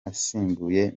asimbuye